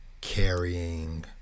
carrying